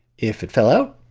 if it fell out,